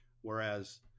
Whereas